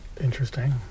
interesting